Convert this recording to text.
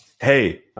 Hey